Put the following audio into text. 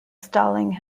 stalling